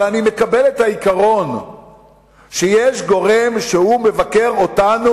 אבל אני מקבל את העיקרון שיש גורם שמבקר אותנו,